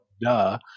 duh